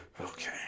Okay